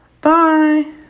Bye